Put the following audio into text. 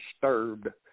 disturbed